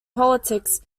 politics